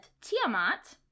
Tiamat